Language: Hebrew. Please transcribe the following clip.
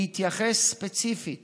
בהתייחס ספציפית